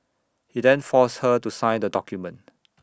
he then forced her to sign the document